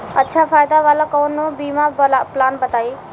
अच्छा फायदा वाला कवनो बीमा पलान बताईं?